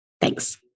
Thanks